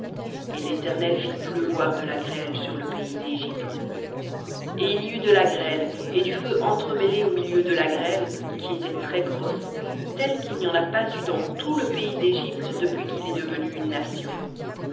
et l'éternel fit pleuvoir de la grêle sur le pays dégypte et il y eut de la grêle et du feu entremêlé au milieu de la grêle très-grosse telle qu'il n'y en a pas eu dans tout le pays d'égypte depuis qu'il est devenu une nation